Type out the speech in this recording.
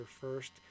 first